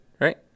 right